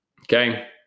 Okay